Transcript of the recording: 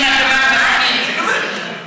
אני, אם הגמל מסכים.